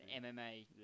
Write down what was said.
MMA